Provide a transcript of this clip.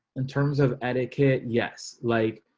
in terms of etiquette. yes. like,